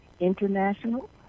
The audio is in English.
international